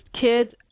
kids